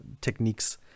techniques